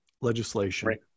legislation